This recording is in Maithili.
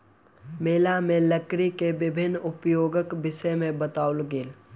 मेला में लकड़ी के विभिन्न उपयोगक विषय में बताओल गेल